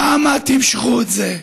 כמה תמשכו את זה?